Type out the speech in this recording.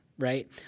right